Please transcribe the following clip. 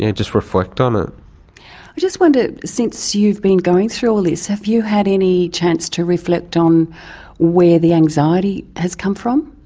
just reflect on it. i just wonder, since you've been going through all this, have you had any chance to reflect on where the anxiety has come from?